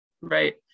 right